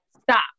stop